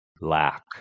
lack